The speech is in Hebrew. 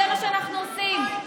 זה מה שאנחנו עושים.